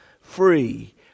free